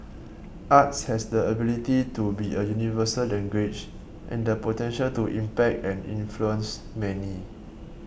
arts has the ability to be a universal language and the potential to impact and influence many